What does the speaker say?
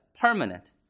permanent